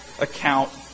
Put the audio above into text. account